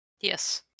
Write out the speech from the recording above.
yes